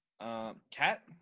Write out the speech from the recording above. Cat